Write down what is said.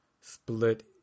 split